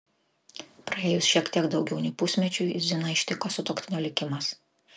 praėjus šiek tiek daugiau nei pusmečiui ziną ištiko sutuoktinio likimas